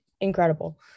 incredible